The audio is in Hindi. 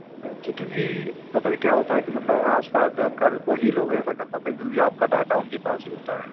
अच्छा क्यूँकि पता है क्या होता है कि मतलब आस पास जानकार वही लोग ऐसा कर पाते हैं क्यूँकि आपका डाटा उनके पास ही होता है